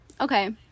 Okay